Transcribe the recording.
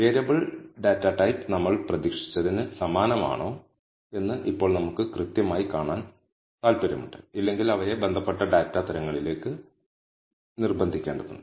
variable data തരം നമ്മൾ പ്രതീക്ഷിച്ചതിന് സമാനമാണോ എന്ന് ഇപ്പോൾ നമുക്ക് കൃത്യമായി കാണാൻ താൽപ്പര്യമുണ്ട് ഇല്ലെങ്കിൽ അവയെ ബന്ധപ്പെട്ട ഡാറ്റ തരങ്ങളിലേക്ക് നിർബന്ധിക്കേണ്ടതുണ്ട്